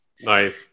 Nice